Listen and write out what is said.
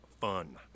fun